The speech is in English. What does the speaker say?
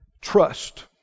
Trust